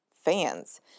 fans